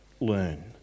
Learn